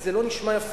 כי זה לא נשמע יפה,